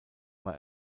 war